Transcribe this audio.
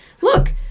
look